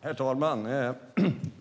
Herr talman!